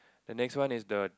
the next one is the